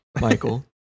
Michael